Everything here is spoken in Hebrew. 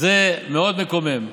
זה מאוד מקומם.